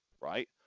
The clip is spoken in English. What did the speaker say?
right